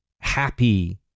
happy